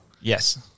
Yes